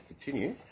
continue